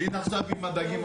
והנה עכשיו עם הדגים,